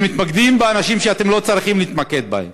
אתם מתמקדים באנשים שאתם לא צריכים להתמקד בהם.